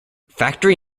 factory